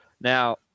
Now